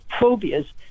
phobias